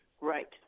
Right